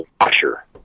washer